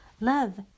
Love